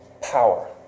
power